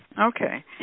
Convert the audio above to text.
okay